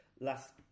last